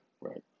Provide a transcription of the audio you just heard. right